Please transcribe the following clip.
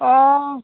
অঁ